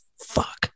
Fuck